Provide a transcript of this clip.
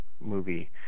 movie